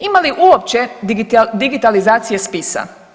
Ima li uopće digitalizacije spisa?